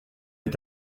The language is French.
est